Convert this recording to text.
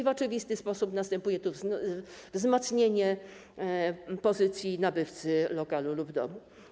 W oczywisty sposób następuje tu wzmocnienie pozycji nabywcy lokalu lub domu.